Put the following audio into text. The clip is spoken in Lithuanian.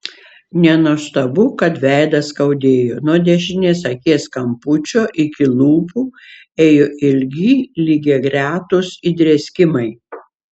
nenuostabu kad veidą skaudėjo nuo dešinės akies kampučio iki lūpų ėjo ilgi lygiagretūs įdrėskimai